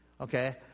okay